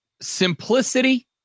simplicity